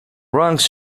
ranks